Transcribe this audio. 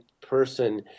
person